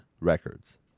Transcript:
Records